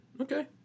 okay